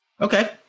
Okay